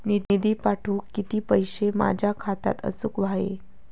निधी पाठवुक किती पैशे माझ्या खात्यात असुक व्हाये?